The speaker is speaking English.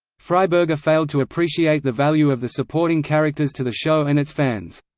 freiberger failed to appreciate the value of the supporting characters to the show and its fans.